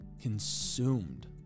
consumed